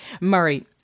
Murray